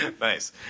Nice